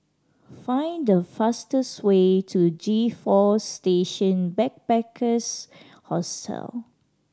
find the fastest way to G Four Station Backpackers Hostel